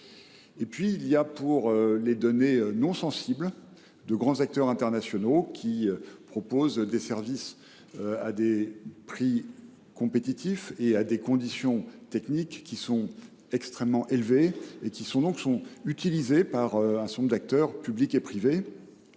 et sécurisée. Pour les données non sensibles, de grands acteurs internationaux proposent des services à des prix compétitifs et à des conditions techniques extrêmement exigeantes, utilisés par un certain nombre d’acteurs publics et privés.